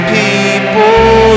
people